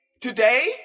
today